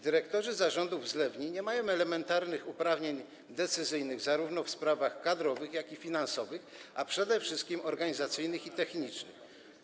Dyrektorzy zarządów zlewni nie mają elementarnych uprawnień decyzyjnych zarówno w sprawach kadrowych, jak i finansowych, a przede wszystkim organizacyjnych i technicznych.